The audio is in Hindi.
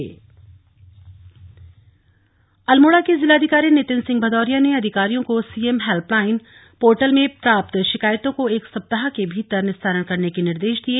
हेल्पलाइन पोर्टल अल्मोड़ा के जिलाधिकारी नितिन सिंह भदौरिया ने अधिकारियों को सीएम हैल्पलाईन पोर्टल में प्राप्त शिकायतों को एक सप्ताह के भीतर निस्तारण करने के निर्देश दिये